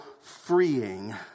freeing